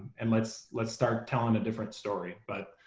and let's let's start telling a different story. but